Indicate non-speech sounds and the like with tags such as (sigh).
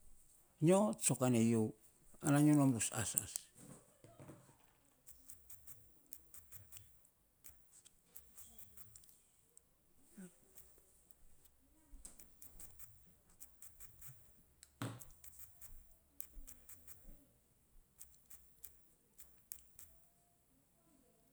Nyo tsokanei yio, ana nyo nom bus aras (noise)